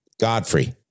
Godfrey